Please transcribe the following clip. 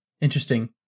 interesting